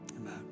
amen